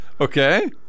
Okay